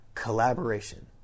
collaboration